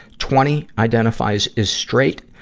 twenty, identifies as straight,